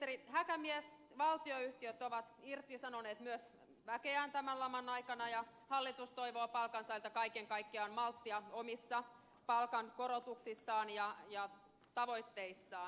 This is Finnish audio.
ministeri häkämies valtionyhtiöt ovat irtisanoneet myös väkeään tämän laman aikana ja hallitus toivoo palkansaajilta kaiken kaikkiaan malttia omissa palkankorotuksissaan ja tavoitteissaan